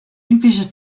übliche